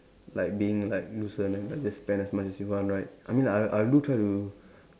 like being like loose and then like just spend as much as you want right I mean I I do try to